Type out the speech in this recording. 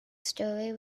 story